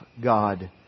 God